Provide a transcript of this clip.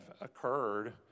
occurred